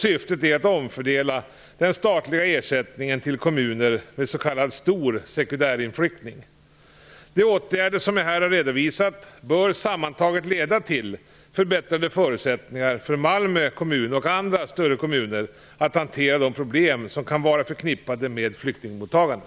Syftet är att omfördela den statliga ersättningen till kommuner med stor s.k. sekundärinflyttning. De åtgärder som jag här har redovisat bör sammantaget leda till förbättrade förutsättningar för Malmö kommun, och andra större kommuner, att hantera de problem som kan vara förknippade med flyktingmottagandet.